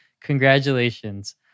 congratulations